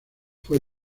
fue